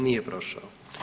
Nije prošao.